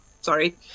Sorry